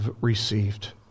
received